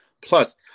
plus